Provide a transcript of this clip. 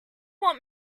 want